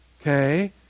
okay